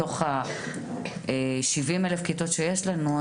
מתוך ה-70,000 כיתות שיש לנו,